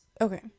Okay